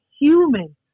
human